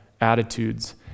attitudes